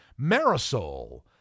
Marisol